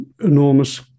enormous